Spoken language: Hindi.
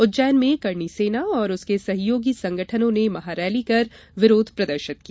उज्जैन में करणी सेना और उसके सहयोगी संगठनों ने महारैली कर विरोध प्रदर्शित किया